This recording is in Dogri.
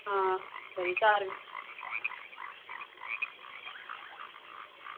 आं खरी घर